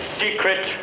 secret